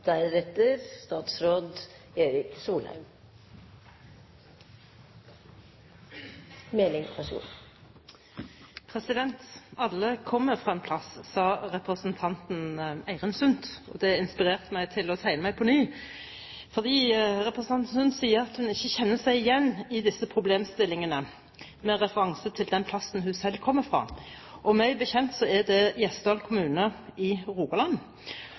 Sund, og det inspirerte meg til å tegne meg på ny. Representanten Sund sier at hun ikke kjenner seg igjen i disse problemstillingene, med referanse til den plassen hun selv kommer fra, og meg bekjent er det Gjesdal kommune i